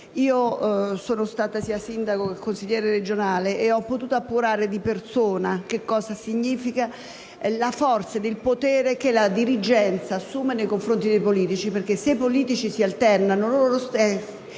Io sono stata sia sindaco che consigliere regionale e ho potuto appurare di persona che cosa significano la forza ed il potere che la dirigenza assume nei confronti dei politici: se, infatti, i politici si alternano, loro restano